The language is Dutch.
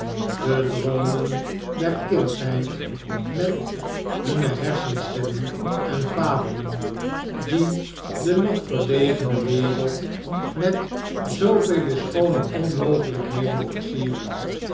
de droomen der kindsheid met hunne hersenschimmen en fabelen die de nog vergelegene wereld met zoovele schoone onmogelijkheden versieren